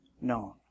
known